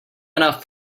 enough